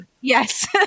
Yes